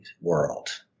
world